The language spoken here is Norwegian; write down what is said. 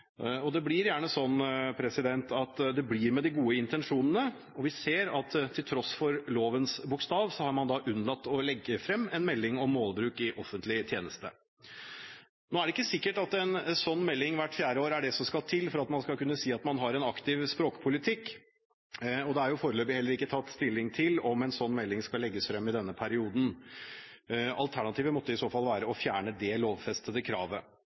overhodet. Det blir gjerne slik at det blir med de gode intensjonene. Vi ser at til tross for lovens bokstav har man unnlatt å legge frem en melding om målbruk i offentlig tjeneste. Nå er det ikke sikkert at en slik melding hvert fjerde år er det som skal til for at man skal kunne si at man har en aktiv språkpolitikk. Det er foreløpig heller ikke tatt stilling til om en slik melding skal legges frem i denne perioden. Alternativet måtte i så fall være å fjerne det lovfestede kravet.